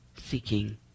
seeking